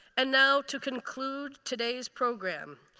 and now to conclude today's program,